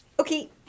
Okay